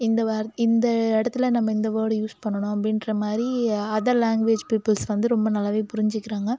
இந்த வார் இந்த இடத்துல நம்ம இந்த வோர்ட் யூஸ் பண்ணணும் அப்படின்ற மாதிரி அதர் லேங்குவேஜ் பீப்புல்ஸ் வந்து ரொம்ப நல்லாவே புரிஞ்சுக்கிறாங்க